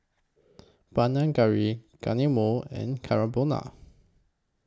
Panang Curry Guacamole and Carbonara